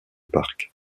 parc